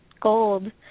gold